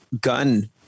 gun